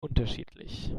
unterschiedlich